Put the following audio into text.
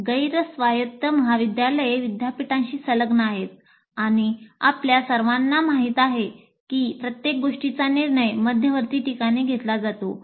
तर गैर स्वायत्त महाविद्यालये विद्यापीठांशी संलग्न आहेत आणि आपल्या सर्वांना माहितच आहे की प्रत्येक गोष्टीचा निर्णय मध्यवर्ती ठिकाणी घेतला जातो